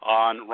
on